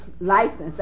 license